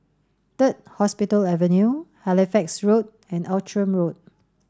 Third Hospital Avenue Halifax Road and Outram Road